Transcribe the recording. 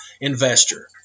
investor